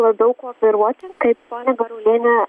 labiau kooperuotis kaip ponia garuolienė